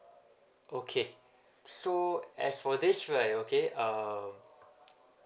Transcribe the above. okay so as for this right okay uh um